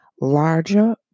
Larger